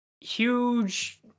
huge